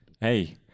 Hey